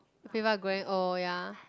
people are growing old ya